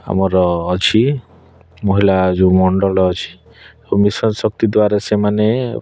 ଆମର ଅଛି ମହିଳା ଯେଉଁ ମଣ୍ଡଳ ଅଛି ସବୁ ମିଶନ୍ ଶକ୍ତି ଦ୍ଵାରା ସେମାନେ